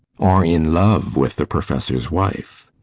or in love with the professor's wife?